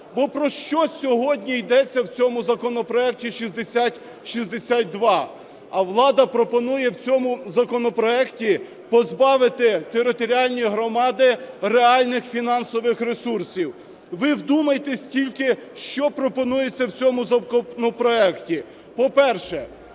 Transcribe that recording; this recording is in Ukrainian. Бо про що сьогодні йдеться в цьому законопроекті 6062? А влада пропонує в цьому законопроекті позбавити територіальні громади реальних фінансових ресурсів. Ви вдумайтесь тільки, що пропонується в цьому законопроекті. По-перше,